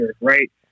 right